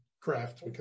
craft